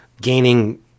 gaining